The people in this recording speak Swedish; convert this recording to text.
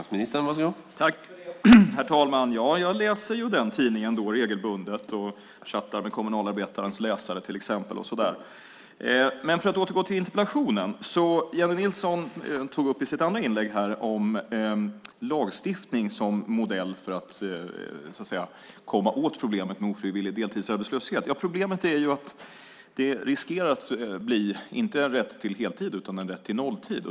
Herr talman! Jag läser regelbundet Kommunalarbetaren och chattar också med tidningens läsare. För att återgå till interpellationen tog Jennie Nilsson i sitt andra inlägg upp lagstiftning som modell för att komma åt problemet med ofrivillig deltidsarbetslöshet. Problemet är att det riskerar att bli inte en rätt till heltid utan en rätt till nolltid.